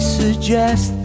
suggest